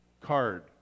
card